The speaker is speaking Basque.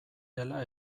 dela